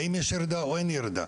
האם יש ירידה או אין ירידה,